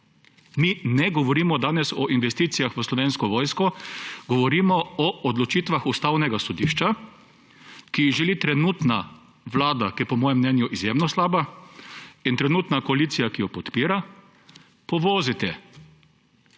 Mi ne govorimo danes o investicijah v Slovensko vojsko, govorimo o odločitvah Ustavnega sodišča, ki jih želi trenutna vlada, ki je po mojem mnenju izredno slaba, in trenutna koalicija, ki jo podpira, povoziti.